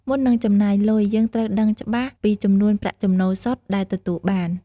មុននឹងចំណាយលុយ យើងត្រូវដឹងច្បាស់ពីចំនួនប្រាក់ចំណូលសុទ្ធដែលទទួលបាន។